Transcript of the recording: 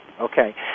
Okay